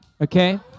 okay